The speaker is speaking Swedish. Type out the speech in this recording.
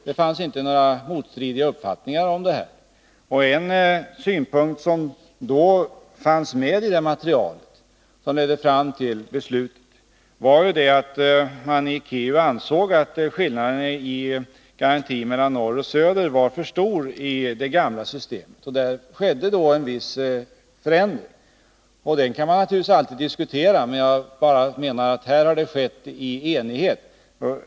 Det fanns inga motstridiga uppfattningar om saken. En synpunkt som fanns med i detta material, som ledde fram till beslutet, var ju att man i KEU ansåg att skillnaden i garantin mellan norr och söder var för stor i det gamla systemet. Där skedde då en viss förändring. Den kan man naturligtvis alltid diskutera, men jag menar bara att här har det rått enighet.